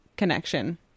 connection